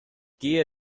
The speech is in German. gehe